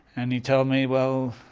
and he told me well,